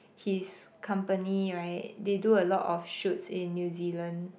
his company right they do a lot of shoots in New Zealand